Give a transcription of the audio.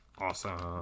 awesome